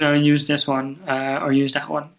so use this one or use that one.